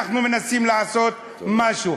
אנחנו מנסים לעשות משהו.